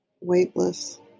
weightless